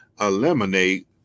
eliminate